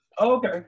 Okay